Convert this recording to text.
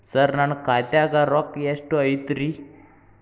ಸರ ನನ್ನ ಖಾತ್ಯಾಗ ರೊಕ್ಕ ಎಷ್ಟು ಐತಿರಿ?